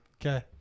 Okay